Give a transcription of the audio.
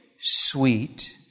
sweet